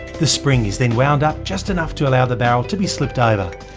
the spring is then wound up just enough to allow the barrel to be slipped over,